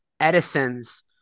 Edison's